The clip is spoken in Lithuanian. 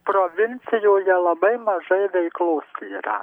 provincijoje labai mažai veiklos yra